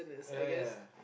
oh yeah yeah